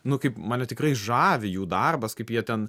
nu kaip mane tikrai žavi jų darbas kaip jie ten